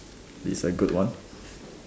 this is a good one